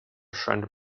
shrunk